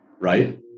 right